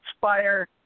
fire